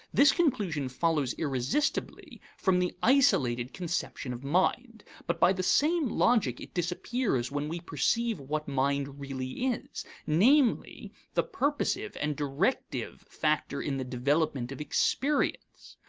this conclusion follows irresistibly from the isolated conception of mind, but by the same logic it disappears when we perceive what mind really is namely, the purposive and directive factor in the development of experience.